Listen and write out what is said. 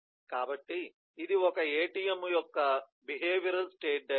కాబట్టి ఇది ఒక ATM యొక్క బిహేవియరల్ స్టేట్ డయాగ్రమ్